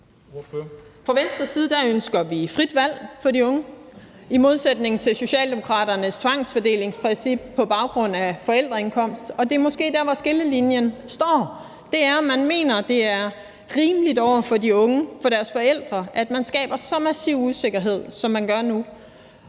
Fra Venstres side ønsker vi frit valg for de unge i modsætning til Socialdemokraternes tvangsfordelingsprincip på baggrund af forældreindkomst, og det er måske der, hvor skillelinjen står, altså i forhold til om man mener, det er rimeligt over for de unge og deres forældre, at man skaber så massiv usikkerhed, som man gør nu,